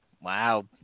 Wow